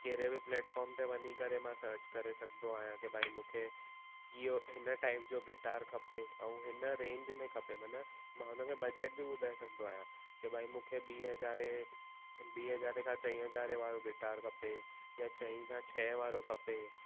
कहिड़े बि प्लैटफॉम ते वञी करे मां सर्च करे सघंदो आहियां की भाई मूंखे इहो हिन टाइप जो गिटार खपे ऐं हिन रेंज में खपे माना मां हुन खे बजट बि ॿुधाए सघंदो आहियां की भाई मूंखे ॿीं हज़ारें ॿीं हज़ारें खां चईं हज़ारें वारो गिटार खपे या चईं खां छहें वारो खपे